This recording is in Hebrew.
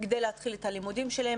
כדי להתחיל את הלימודים שלה.